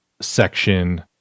section